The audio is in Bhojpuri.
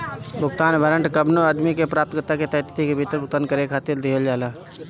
भुगतान वारंट कवनो आदमी के प्राप्तकर्ता के तय तिथि के भीतर भुगतान करे खातिर दिहल जाला